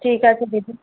ঠিক আছে দিদি